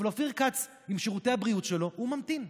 אבל אופיר כץ, עם שירותי הבריאות שלו, הוא ממתין.